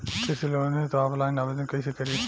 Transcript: कृषि लोन हेतू ऑफलाइन आवेदन कइसे करि?